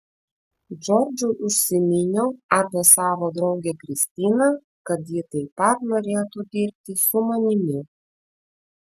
džordžui užsiminiau apie savo draugę kristiną kad ji taip pat norėtų dirbti su manimi